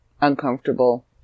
uncomfortable